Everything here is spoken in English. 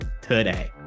today